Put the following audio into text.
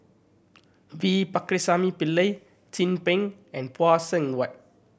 V Pakirisamy Pillai Chin Peng and Phay Seng Whatt